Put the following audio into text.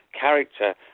character